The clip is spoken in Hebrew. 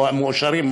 מאושרים,